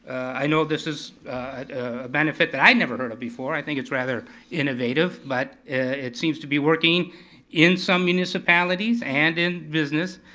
i know this is a benefit that i'd never heard of before, i think it's rather innovative, but it seems to be working in some municipalities, and in business.